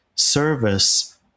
Service